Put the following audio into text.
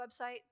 website